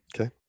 Okay